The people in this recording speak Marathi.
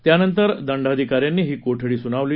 त्यानंतर दंडाधिकाऱ्यांनी ही कोठडी सुनावली